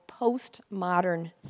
postmodern